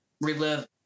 relive